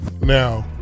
Now